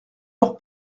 leur